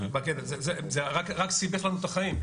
זה רק סיבך לנו את החיים,